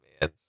man